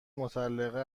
مطلقه